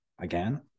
Again